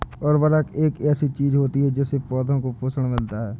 उर्वरक एक ऐसी चीज होती है जिससे पौधों को पोषण मिलता है